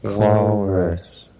walrus.